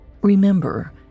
Remember